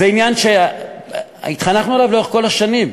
זה עניין שהתחנכנו עליו לאורך כל השנים.